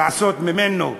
לעשות ממנו יו-יו.